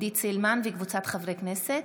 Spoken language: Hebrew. עידית סילמן וקבוצת חברי הכנסת.